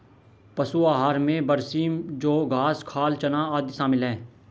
पशु आहार में बरसीम जौं घास खाल चना आदि शामिल है